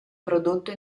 prodotto